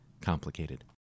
complicated